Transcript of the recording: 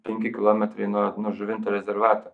penki kilometrai nuo nuo žuvinto rezervato